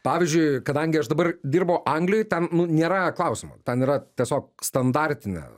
pavyzdžiui kadangi aš dabar dirbu anglijoj ten nu nėra klausimų ten yra tiesiog standartinė